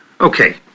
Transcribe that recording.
Okay